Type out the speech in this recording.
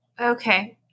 Okay